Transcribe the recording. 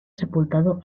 sepultado